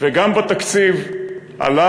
וגם בתקציב האימונים וההצטיידות של אנשי המילואים.